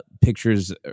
pictures